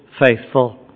faithful